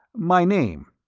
my name.